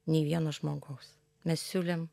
nei vieno žmogaus mes siūlėm